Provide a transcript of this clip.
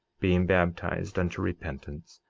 being baptized unto repentance,